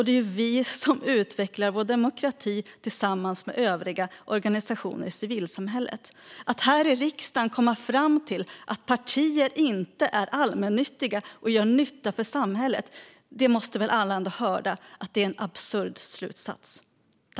Det är vi som utvecklar vår demokrati tillsammans med övriga organisationer i civilsamhället. Alla måste väl ändå höra att det är en absurd slutsats att här i riksdagen komma fram till att partier inte är allmännyttiga eller gör nytta för samhället.